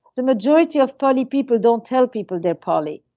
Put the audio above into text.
the majority of poly people don't tell people they are poly